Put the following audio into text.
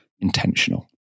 intentional